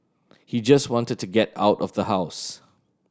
he just wanted to get out of the house